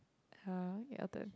uh your turn